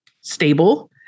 stable